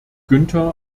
günther